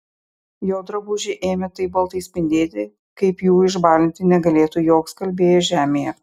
jo drabužiai ėmė taip baltai spindėti kaip jų išbalinti negalėtų joks skalbėjas žemėje